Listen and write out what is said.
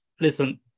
listen